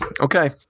Okay